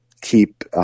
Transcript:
keep